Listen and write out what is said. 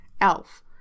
elf